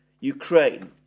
Ukraine